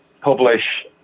publish